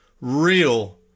real